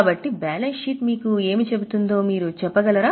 కాబట్టి balance sheet మీకు ఏమి చెబుతుందో మీరు చెప్పగలరా